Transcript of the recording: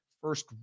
first